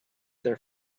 their